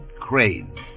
Crane